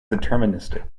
deterministic